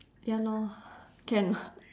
ya lor can orh